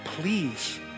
please